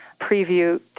preview